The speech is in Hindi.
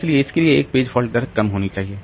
इसलिए इसके लिए यह पेज फाल्ट दर कम होनी चाहिए